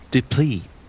Deplete